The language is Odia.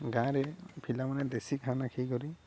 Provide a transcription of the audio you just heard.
ଗାଁରେ ପିଲାମାନେ ଦେଶୀ ଖାନା ଖାଇକରି